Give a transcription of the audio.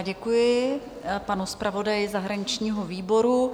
Děkuji panu zpravodaji zahraničního výboru.